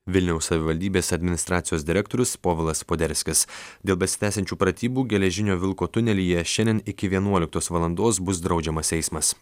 vilniaus savivaldybės administracijos direktorius povilas poderskis dėl besitęsiančių pratybų geležinio vilko tunelyje šiandien iki vienuoliktos valandos bus draudžiamas eismas